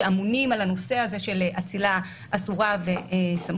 שאמונים על הנושא הזה של אצילה אסורה וסמכות,